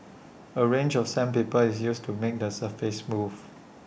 A range of sandpaper is used to make the surface smooth